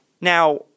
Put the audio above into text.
Now